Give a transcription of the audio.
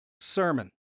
sermon